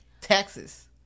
texas